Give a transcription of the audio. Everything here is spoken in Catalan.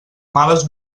males